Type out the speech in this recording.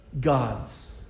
God's